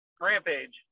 rampage